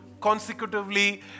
consecutively